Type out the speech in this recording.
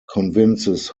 convinces